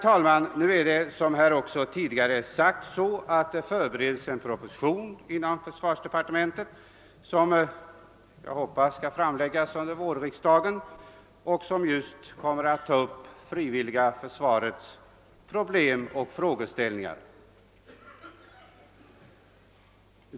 Såsom tidigare sagts förbereds det också en proposition inom försvarsdepartementet, i vilken det frivilliga försvarets problem och frågeställningar kommer att tas upp och vilken jag hoppas skall framläggas under vårriksdagen.